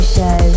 Show